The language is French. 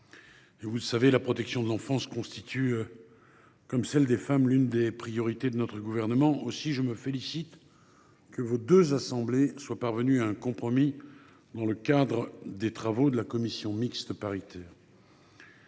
Vous le savez, la protection de l’enfance constitue, comme celle des femmes, l’une des priorités de notre gouvernement. Aussi, je me félicite que les deux assemblées soient parvenues à un compromis dans le cadre des travaux de la commission mixte paritaire.